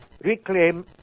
reclaim